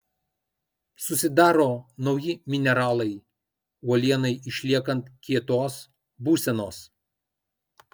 susidaro nauji mineralai uolienai išliekant kietos būsenos